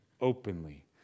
openly